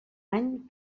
any